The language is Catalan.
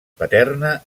paterna